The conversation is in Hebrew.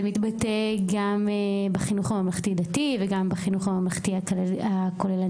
זה מתבטא גם בחינוך הממלכתי-דתי וגם בחינוך הממלכתי הכוללני.